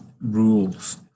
rules